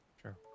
Sure